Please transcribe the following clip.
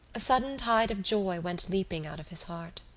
a sudden tide of joy went leaping out of his heart.